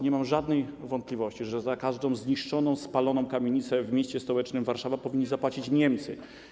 Nie mam żadnej wątpliwości, że za każdą zniszczoną, spaloną kamienicę w mieście stołecznym Warszawie powinni zapłacić Niemcy.